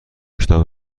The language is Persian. کتاب